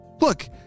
Look